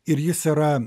ir jis yra